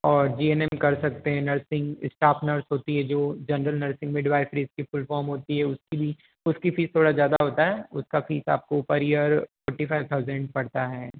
और जी N M कर सकते हैं नर्सिंग स्टाफ नर्स होती है जो जेनरल नर्सिंग में डिवाइसरी इसकी फुल फॉर्म होती है उसकी भी उसकी फीस थोड़ा ज़्यादा होता है उसका फीस आपको per year forty five thousand पड़ता है